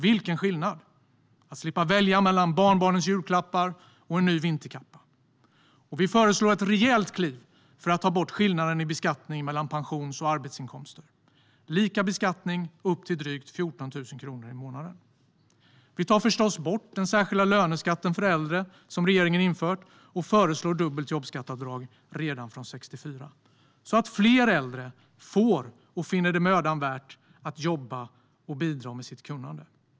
Vilken skillnad det gör att slippa välja mellan barnbarnens julklappar och en ny vinterkappa! Vi föreslår ett rejält kliv för att ta bort skillnaden i beskattning mellan pensions och arbetsinkomster. Det gör vi med lika beskattning upp till drygt 14 000 kronor i månaden. Vi tar förstås bort den särskilda löneskatt för äldre som regeringen infört och föreslår dubbelt jobbskatteavdrag redan från 64 år så att fler äldre finner det mödan värt att jobba och bidra med sitt kunnande.